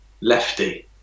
lefty